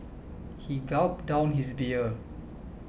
he gulped down his beer